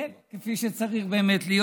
כן, כפי שצריך באמת להיות.